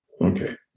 Okay